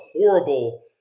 horrible